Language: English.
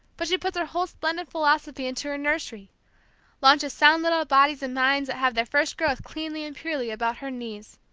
but she puts her whole splendid philosophy into her nursery launches sound little bodies and minds that have their first growth cleanly and purely about her knees.